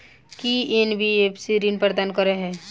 की NBFC ऋण प्रदान करे है?